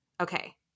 Okay